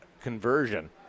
conversion